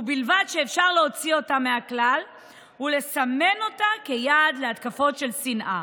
ובלבד שאפשר להוציא אותה מהכלל ולסמן אותה כיעד להתקפות של שנאה.